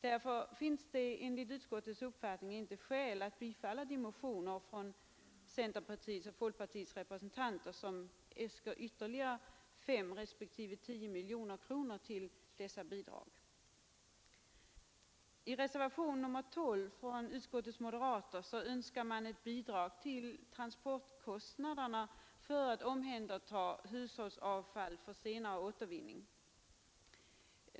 Därför finns det enligt utskottets uppfattning inte skäl att bifalla de motioner från centerpartiets och folkpartiets representanter som äskar bidrag med ytterligare 5 miljoner respektive 10 miljoner kronor till dessa ändamål. I reservationen 12 önskar utskottets moderater ett bidrag till transportkostnaderna för omhändertagande av hushållsavfall för senare återvinning.